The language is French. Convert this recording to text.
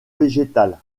végétale